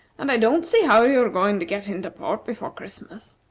and i don't see how you are going to get into port before christmas.